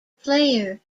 player